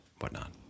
whatnot